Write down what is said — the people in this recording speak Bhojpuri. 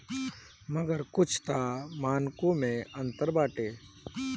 मगर कुछ तअ मानको मे अंतर बाटे